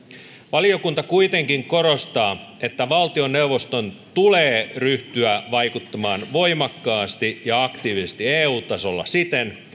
valiokunta kuitenkin korostaa että valtioneuvoston tulee ryhtyä vaikuttamaan voimakkaasti ja aktiivisesti eu tasolla siten